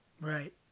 Right